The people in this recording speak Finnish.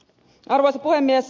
arvoisa puhemies